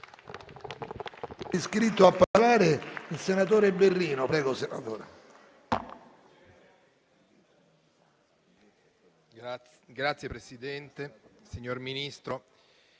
Signor Presidente, signor Ministro,